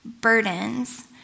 burdens